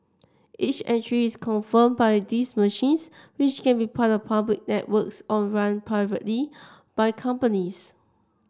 each entry is confirmed by these machines which can be part of public networks or run privately by companies